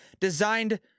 designed